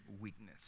weakness